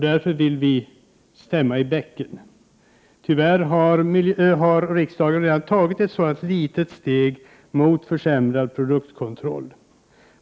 Därför vill vi miljöpartister stämma i bäcken. Tyvärr har riksdagen redan tagit ett sådant litet steg mot försämrad produktkontroll.